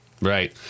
Right